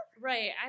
Right